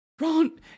Ron